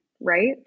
right